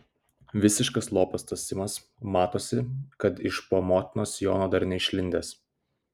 visiškas lopas tas simas matosi kad iš po motinos sijono dar neišlindęs